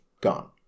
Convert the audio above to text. gone